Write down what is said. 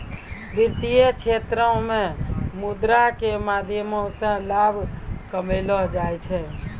वित्तीय क्षेत्रो मे मुद्रा के माध्यमो से लाभ कमैलो जाय छै